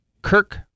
Kirk